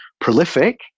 prolific